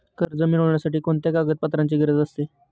कर्ज मिळविण्यासाठी कोणत्या कागदपत्रांची गरज असते?